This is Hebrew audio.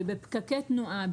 בפקקי תנועה,